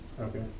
Okay